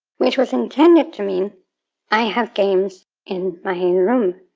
which was intended to mean i have games in my yeah room.